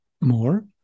more